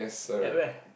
at where